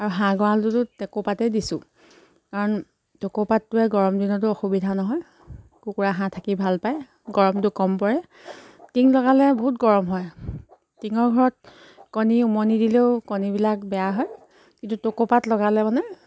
আৰু হাঁহ গঁৰালটোতো টকৌপাতেই দিছোঁ কাৰণ টকৌপাতটোৱে গৰম দিনতো অসুবিধা নহয় কুকুৰা হাঁহ থাকি ভাল পায় গৰমটো কম পৰে টিং লগালে বহুত গৰম হয় টিঙৰ ঘৰত কণী উমনি দিলেও কণীবিলাক বেয়া হয় কিন্তু টকৌপাত লগালে মানে